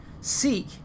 Seek